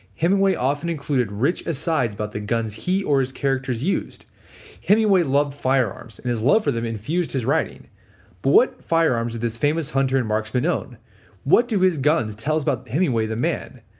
hemingway often included rich asides about the guns he or his characters used hemingway loved firearms and his love for them infused in his writing. but what firearms this famous hunter and marksman owned what do his guns tells about hemingway the man?